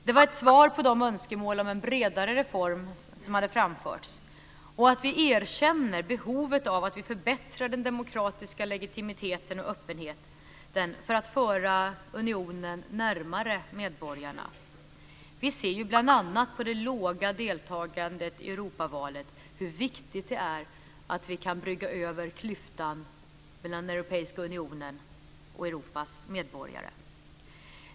Det var ett svar på de önskemål om en bredare reform som hade framförts och ett erkännande av behovet av att förbättra den demokratiska legitimiteten och öppenheten för att föra unionen närmare medborgarna. Vi ser bl.a. på det låga deltagande i Europavalen hur viktigt det är att vi kan brygga över klyftan mellan Europeiska unionen och Europas medborgare.